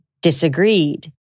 disagreed